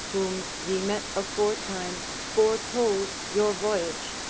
whom ye met aforetime, foretold your voyage.